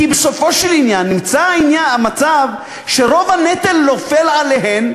כי בסופו של עניין נמצא המצב שרוב הנטל נופל עליהן,